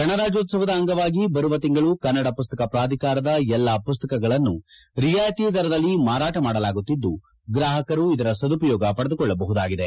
ಗಣರಾಜ್ಕೋತ್ಸವದ ಅಂಗವಾಗಿ ಬರುವ ತಿಂಗಳು ಕನ್ನಡ ಪುಸ್ತಕ ಪ್ರಾಧಿಕಾರದ ಎಲ್ಲಾ ಪುಸ್ತಕಗಳನ್ನು ರಿಯಾಯಿತಿ ದರಗಳಲ್ಲಿ ಮಾರಾಟ ಮಾಡಲಾಗುತ್ತಿದ್ದು ಗ್ರಾಹಕರು ಇದರ ಸದುಪಯೋಗ ಪಡೆದುಕೊಳ್ಳಬಹುದಾಗಿದೆ